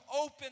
open